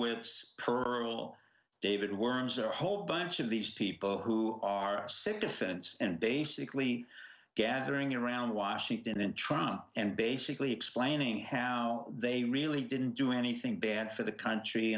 wolfowitz perle david wurmser a whole bunch of these people who are sick defense and basically gathering around washington in trying and basically explaining how they really didn't do anything bad for the country